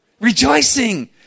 Rejoicing